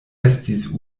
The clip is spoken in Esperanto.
estis